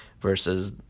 versus